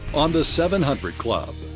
on the seven hundred club.